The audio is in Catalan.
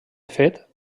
fet